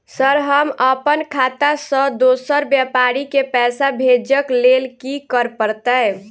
Sir हम अप्पन खाता सऽ दोसर व्यापारी केँ पैसा भेजक लेल की करऽ पड़तै?